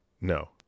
No